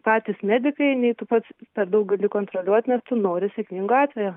patys medikai nei tu pats per daug gali kontroliuot nes tu nori sėkmingo atvejo